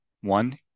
One